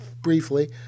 Briefly